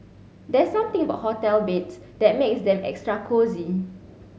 there's something about hotel beds that makes them extra cosy